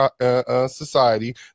society